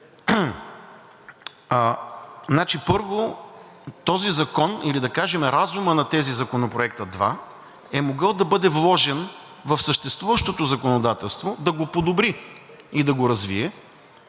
Първо, този закон или, да кажем, разумът на тези два законопроекта е могъл да бъде вложен в съществуващото законодателство, да го подобри, да го развие